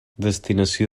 destinació